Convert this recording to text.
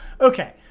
Okay